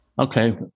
okay